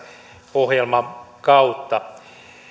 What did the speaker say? ohjelmakautta